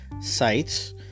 sites